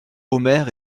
omer